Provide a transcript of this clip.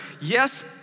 yes